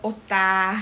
otah